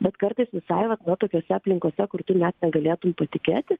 bet kartais visai va va tokiose aplinkose kur tu net negalėtum patikėti